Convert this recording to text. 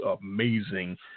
amazing